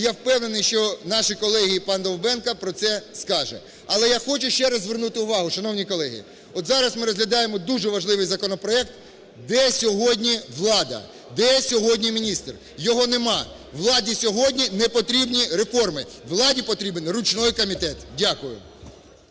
я впевнений, що наші колеги і пан Довбенко про це скаже. Але я хочу ще раз звернути увагу, шановні колеги, от зараз ми розглядаємо дуже важливий законопроект. Де сьогодні влада? Де сьогодні міністр? Його нема. Владі сьогодні не потрібні реформи, владі потрібен ручний комітет. Дякую.